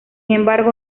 embargo